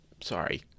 sorry